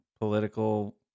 political